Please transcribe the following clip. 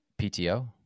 PTO